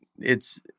it's-